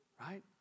Right